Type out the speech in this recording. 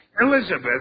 Elizabeth